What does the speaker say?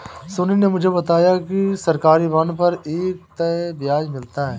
सोनू ने मुझे बताया कि सरकारी बॉन्ड पर एक तय ब्याज मिलता है